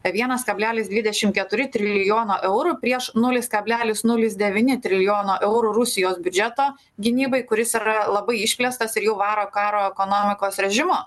vienas kablelis dvidešimt keturi trilijono eurų prieš nulis kablelis nulis devyni trilijono eurų rusijos biudžeto gynybai kuris yra labai išplėstas ir jau varo karo ekonomikos režimu